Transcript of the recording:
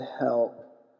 help